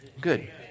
Good